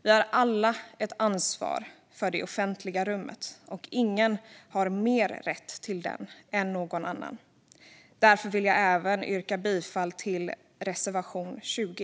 Vi har alla ett ansvar för det offentliga rummet, och ingen har mer rätt till det än någon annan. Därför vill jag även yrka bifall till reservation 20.